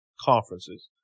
conferences